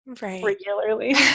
regularly